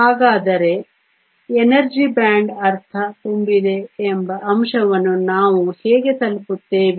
ಹಾಗಾದರೆ energy band ಅರ್ಧ ತುಂಬಿದೆ ಎಂಬ ಅಂಶವನ್ನು ನಾವು ಹೇಗೆ ತಲುಪುತ್ತೇವೆ